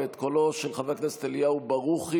ואת קולו של חבר הכנסת אליהו ברוכי,